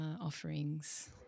offerings